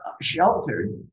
sheltered